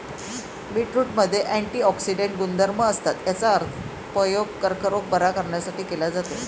बीटरूटमध्ये अँटिऑक्सिडेंट गुणधर्म असतात, याचा उपयोग कर्करोग बरा करण्यासाठी केला जातो